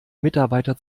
mitarbeiter